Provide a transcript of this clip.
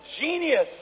genius